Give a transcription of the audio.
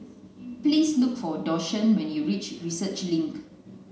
please look for Dashawn when you reach Research Link